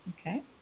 Okay